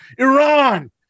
Iran